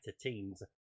teams